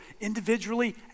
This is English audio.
individually